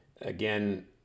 Again